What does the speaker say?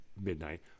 midnight